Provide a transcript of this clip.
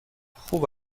خوب